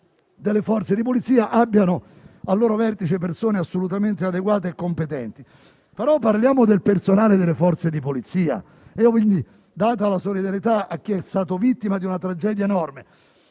delle Forze di polizia, affinché abbiano al loro vertice persone assolutamente adeguate e competenti. Però parliamo del personale delle Forze di polizia: diamo la solidarietà a chi è stato vittima di una tragedia enorme;